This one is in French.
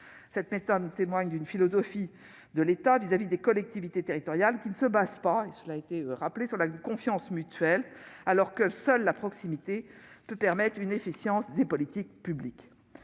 Cette méthode témoigne d'une philosophie de l'État à l'égard des collectivités territoriales qui ne se fonde pas sur une confiance mutuelle, alors que seule la proximité peut permettre une efficience des politiques publiques.